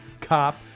Cop